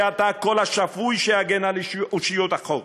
שאתה הקול השפוי שיגן על אושיות החוק,